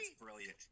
brilliant